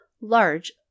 large